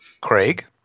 Craig